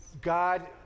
God